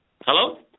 Hello